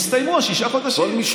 הסתיימו ששת החודשים.